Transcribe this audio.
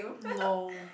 no